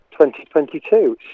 2022